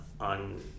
on